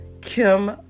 Kim